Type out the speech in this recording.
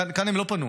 כאן הם לא פנו,